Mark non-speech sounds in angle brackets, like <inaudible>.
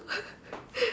<laughs>